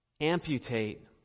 amputate